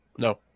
No